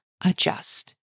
Adjust